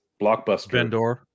blockbuster